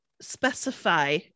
specify